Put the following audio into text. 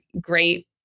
great